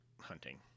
Hunting